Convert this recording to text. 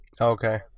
Okay